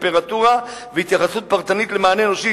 טמפרטורה והתייחסות פרטנית למענה אנושי.